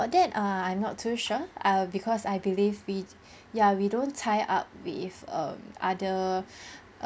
~r that uh I'm not too sure I'll because I believe we ya we don't tie up with err other